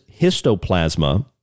histoplasma